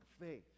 faith